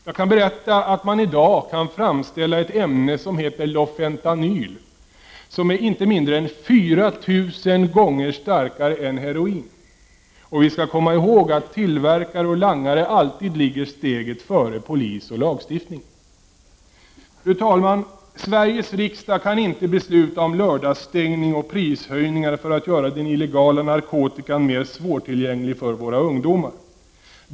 Jag kan berätta att man i dag kan framställa ett ämne som heter Lofentanyl, som är inte mindre än 4 000 gånger starkare än heroin. Och vi skall komma ihåg att tillverkare och langare alltid ligger steget före polis och lagstiftning. Fru talman! Sveriges riksdag kan inte besluta om lördagsstängning och prishöjningar för att göra den illegala narkotikan mera svårtillgänglig för våra ungdomar.